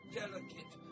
delicate